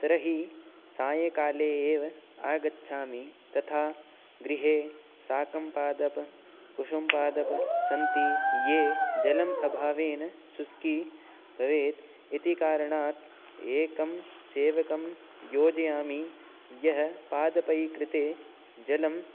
तर्हि सायङ्काले एव आगच्छामि तथा गृहे शाकपादपः कुसुमपादपः सन्ति ये जलम् अभावेन शुष्की भवेत् इति कारणात् एकं सेवकं योजयामि यः पादपैः कृते जलं